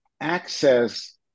access